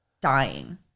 dying